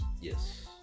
Yes